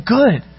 good